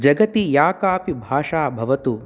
जगति या कापि भाषा भवतु